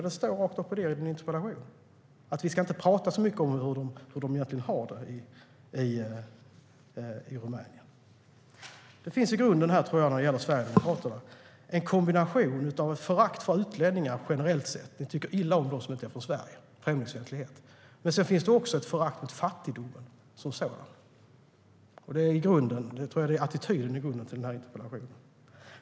Det står att vi inte ska prata så mycket om hur de har det i Rumänien. Hos Sverigedemokraterna finns en kombination av ett generellt förakt för utlänningar - ni är främlingsfientliga och tycker illa om dem som inte är från Sverige - och ett förakt mot fattigdom. Den attityden är grunden till interpellationen.